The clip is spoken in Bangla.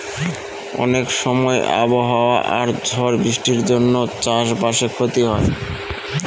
অনেক সময় আবহাওয়া আর ঝড় বৃষ্টির জন্য চাষ বাসে ক্ষতি হয়